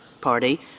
party